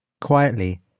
Quietly